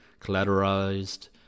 collateralized